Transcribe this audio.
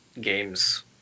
games